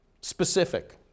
specific